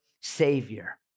savior